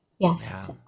Yes